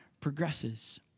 progresses